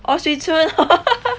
orh swee choon